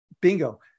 Bingo